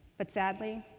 but sadly,